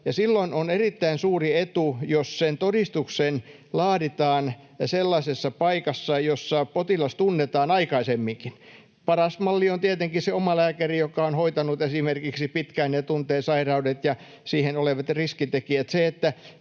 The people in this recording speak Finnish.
silloin on erittäin suuri etu, jos se todistus laaditaan sellaisessa paikassa, jossa potilas tunnetaan aikaisemminkin. Paras malli on tietenkin se oma lääkäri, joka on esimerkiksi hoitanut pitkään ja tuntee sairaudet ja siinä olevat riskitekijät.